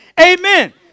Amen